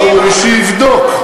ראוי שיבדוק.